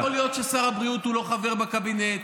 לא יכול להיות ששר הבריאות לא חבר בקבינט.